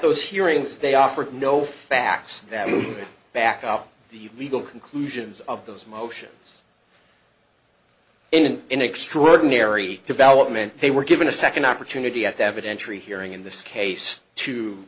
those hearings they offered no facts that moved back up the legal conclusions of those motions in an extraordinary development they were given a second opportunity at the evidentiary hearing in this case to